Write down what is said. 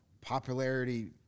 popularity